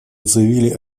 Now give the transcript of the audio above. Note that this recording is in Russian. заявили